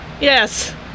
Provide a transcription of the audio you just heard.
Yes